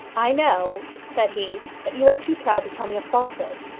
i know, said he, that you are too proud to tell me a falsehood.